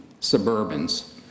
Suburbans